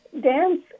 Dance